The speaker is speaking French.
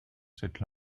cette